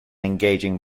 engaging